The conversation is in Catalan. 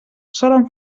solen